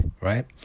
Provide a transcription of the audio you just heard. right